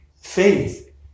Faith